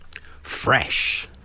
Fresh